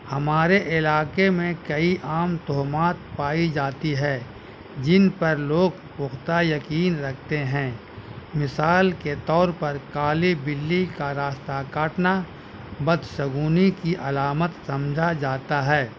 ہمارے علاقے میں کئی عام تہمات پائی جاتی ہے جن پر لوگ پختہ یقین رکھتے ہیں مثال کے طور پر کالی بلی کا راستہ کاٹنا بدشگونی کی علامت سمجھا جاتا ہے